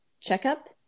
checkup